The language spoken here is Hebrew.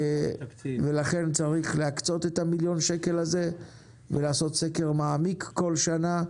לכן צריך להקצות את מיליון השקלים הללו ולעשות סקר מעמיק בכל שנה,